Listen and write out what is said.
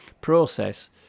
process